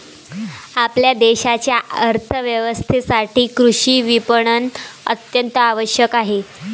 आपल्या देशाच्या अर्थ व्यवस्थेसाठी कृषी विपणन अत्यंत आवश्यक आहे